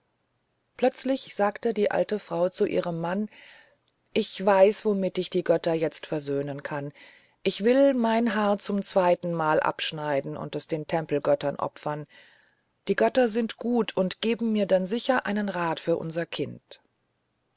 plötzlich sagte die alte frau zu ihrem mann ich weiß womit ich die götter jetzt versöhnen kann ich will mein haar zum zweitenmal abschneiden und es den tempelgöttern opfern die götter sind gut und geben mir dann sicher einen rat für unser kind